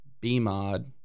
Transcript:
B-mod